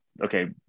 okay